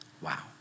Wow